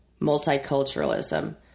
multiculturalism